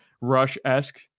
Rush-esque